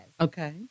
Okay